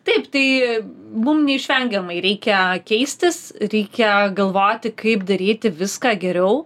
taip tai mum neišvengiamai reikia keistis reikia galvoti kaip daryti viską geriau